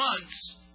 months